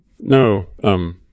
No